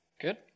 Good